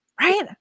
right